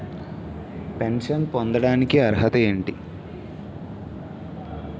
Pension పొందడానికి అర్హత ఏంటి?